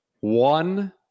One